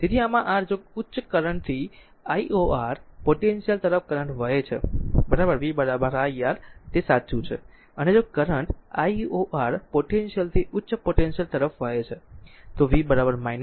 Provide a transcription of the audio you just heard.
તેથી આમાં r જો ઉચ્ચ કરંટ થી lor પોટેન્શિયલ તરફ કરંટ વહે છે બરાબર v iR તે સાચું છે અને જો કરંટ lor પોટેન્શિયલ થી ઉચ્ચ પોટેન્શિયલ તરફ વહે છે તો v R